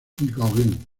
gauguin